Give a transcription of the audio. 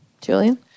Julian